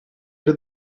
did